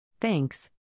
thanks